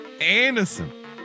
Anderson